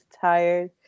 tired